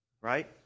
Right